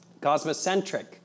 Cosmocentric